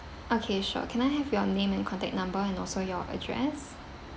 okay sure can I have your name and contact number and also your address